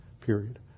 period